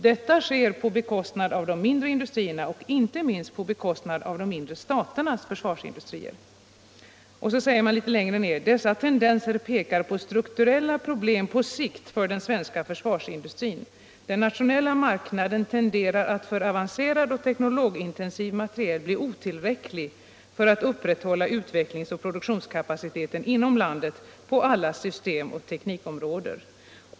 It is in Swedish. Detta sker på bekostnad av de mindre industrierna och inte minst på bekostnad av de mindre staternas försvarsindustrier.” Litet längre ner sägs: ”Dessa tendenser pekar på strukturella problem på sikt för den svenska försvarsindustrin. Den nationella marknaden tenderar att för avancerad och teknologiintensiv materiel bli otillräcklig för att upprätthålla utvecklingsoch produktionskapacitet inom landet på alla systemoch teknikområden.